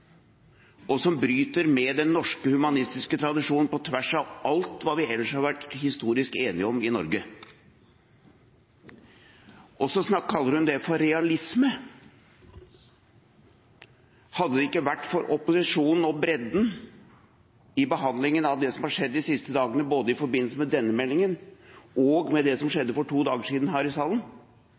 og som bryter med den norske humanistiske tradisjonen, på tvers av alt hva vi ellers har vært historisk enige om i Norge. Og så kaller hun det for realisme. Hadde det ikke vært for opposisjonen og bredden i behandlingen av det som har skjedd de siste dagene i forbindelse med både denne meldingen og det som skjedde her i salen for to dager siden,